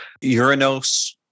Uranos